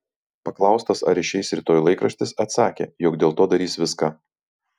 paklaustas ar išeis rytoj laikraštis atsakė jog dėl to darys viską